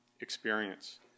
experience